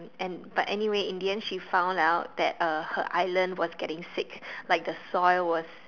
and but anyway in the end she found out that uh her island was getting sick like the soil was